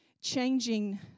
changing